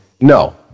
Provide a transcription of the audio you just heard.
no